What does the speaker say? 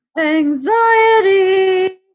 Anxiety